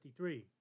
1953